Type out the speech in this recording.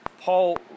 Paul